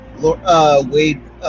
Wade